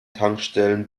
tankstellen